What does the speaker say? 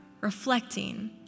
reflecting